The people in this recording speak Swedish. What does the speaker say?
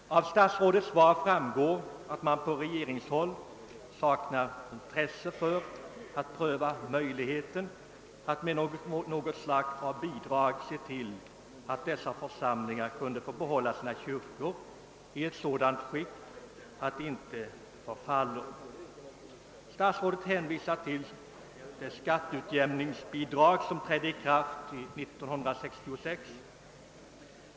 Av statsrådets svar framgår att man på regeringshåll saknar intresse för att pröva möjligheten att med något slag av bidrag se till att dessa församlingar kunde få behålla sina kyrkor i sådant skick att de inte förfaller. Statsrådet hänvisar till det skatteutjämningsbidrag som trädde i kraft 1966.